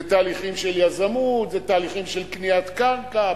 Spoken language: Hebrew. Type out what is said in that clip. אלה תהליכים של יזמות, אלה תהליכים של קניית קרקע.